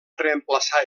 reemplaçar